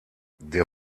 der